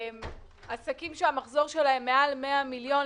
עסקים שהמחזור שלהם מעל 100 מיליון,